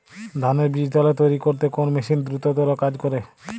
ধানের বীজতলা তৈরি করতে কোন মেশিন দ্রুততর কাজ করে?